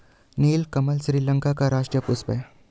नीलकमल श्रीलंका का राष्ट्रीय पुष्प है